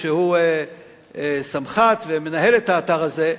שהוא סמח"ט ומנהל את האתר הזה,